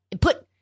put